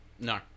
No